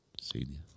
Senior